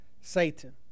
Satan